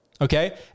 okay